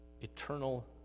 eternal